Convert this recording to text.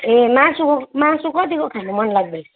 ए मासु मासु कतिको खान मन लाग्दैछ